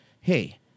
hey